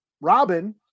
Robin